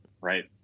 Right